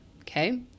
okay